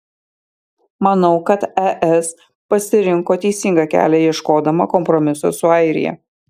manau kad es pasirinko teisingą kelią ieškodama kompromiso su airija